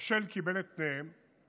המושל קיבל את פניהם,